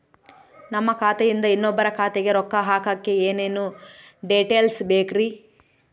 ನಮ್ಮ ಖಾತೆಯಿಂದ ಇನ್ನೊಬ್ಬರ ಖಾತೆಗೆ ರೊಕ್ಕ ಹಾಕಕ್ಕೆ ಏನೇನು ಡೇಟೇಲ್ಸ್ ಬೇಕರಿ?